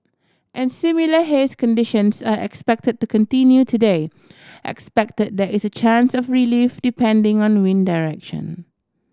and similar haze conditions are expected to continue today expected there is a chance of relief depending on wind direction